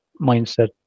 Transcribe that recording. mindset